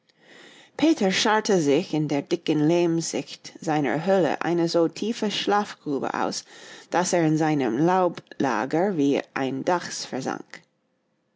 peter scharrte sich in der dicken lehmschicht seiner höhle eine so tiefe schlafgrube aus daß er in seinem laublager wie ein dachs versank